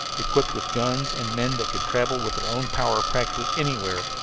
equipped with guns and men, that could travel with their own power practically anywhere,